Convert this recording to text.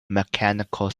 mechanical